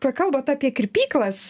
prakalbot apie kirpyklas